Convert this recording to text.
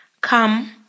Come